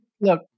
look